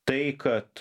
tai kad